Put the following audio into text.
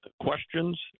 questions